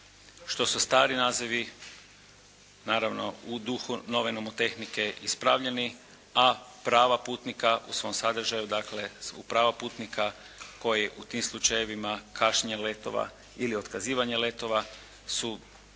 što su stari nazivi, naravno u duhu nove nomotehnike ispravljeni, a prava putnika u svom sadržaju, dakle u prava putnika koji u tim slučajevima kašnje letova ili otkazivanje letova su